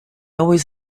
always